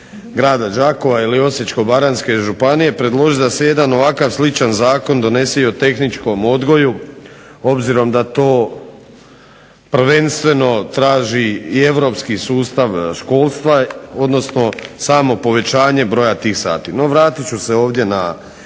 Grada Đakova ili Osječko-baranjske županije, predložit da se jedan ovakav sličan zakon donese i o tehničkom odgoju obzirom da to prvenstveno traži i europski sustav školstva odnosno samo povećanje broja tih sati no vratit ću se ovdje na